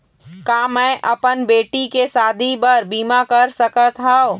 का मैं अपन बेटी के शादी बर बीमा कर सकत हव?